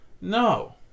no